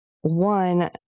one